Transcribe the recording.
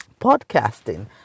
podcasting